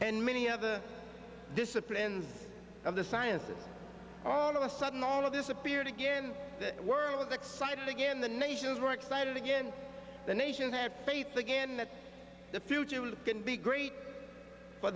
and many other disciplines of the sciences all of a sudden all of this appeared again the world was excited again the nations were excited again the nations have faith again the future can be great for